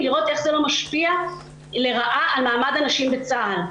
צריך לראות שזה לא משפיע לרעה על מעמד הנשים בצה"ל.